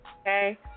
Okay